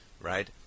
right